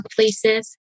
workplaces